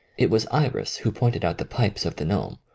it was iris who pointed out the pipes of the gnome,